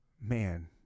Man